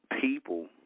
people